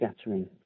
scattering